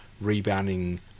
rebounding